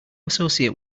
associate